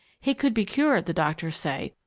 he could be cured, the doctors say,